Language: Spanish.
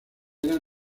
eran